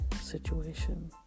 situation